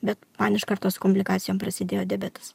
bet man iš karto su komplikacijom prasidėjo diabetas